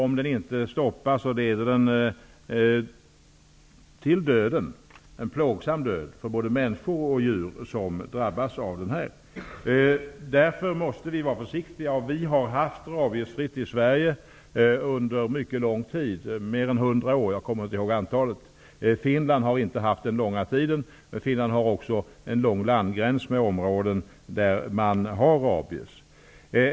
Om den inte stoppas leder den till döden, en plågsam död för både människor och djur som drabbas. Därför måste vi vara försiktiga. Vi har haft rabiesfritt i Sverige under mycket lång tid -- över 100 år. Finland har inte varit fritt från rabies under någon lång tid. Finland har också en lång landgräns mot områden där rabies förekommer.